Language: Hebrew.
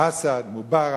אסד, מובארק.